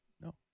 No